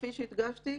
כפי שהדגשתי,